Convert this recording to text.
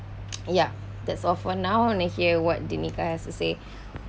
ya that's all for now I want to hear what danica has to say